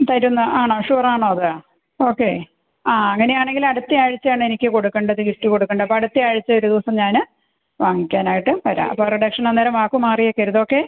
തരുന്നത് ആണോ ഷുവർ ആണോ അത് ഓക്കെ ആ അങ്ങനെ ആണെങ്കിൽ അടുത്ത ആഴ്ചയാണ് എനിക്ക് കൊടുക്കേണ്ടത് ഗിഫ്റ്റ് കൊടുക്കേണ്ടത് അപ്പം അടുത്ത ആഴ്ച ഒരു ദിവസം ഞാൻ വാങ്ങിക്കാനായിട്ട് വരാം അപ്പോൾ റിഡക്ഷൻ അന്നേരം വാക്ക് മാറിയേക്കരുത് ഓക്കെ